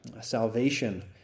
salvation